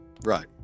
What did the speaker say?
Right